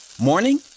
Morning